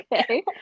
okay